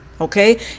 Okay